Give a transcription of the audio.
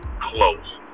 close